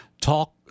Talk